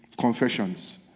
confessions